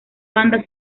banda